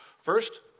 First